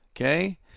Okay